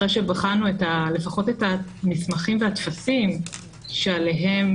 אחרי שבחנו לפחות את המסמכים והטפסים שעליהם